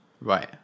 Right